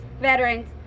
veterans